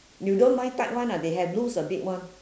you don't buy tight one ah they have loose a bit one